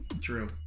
True